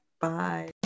bye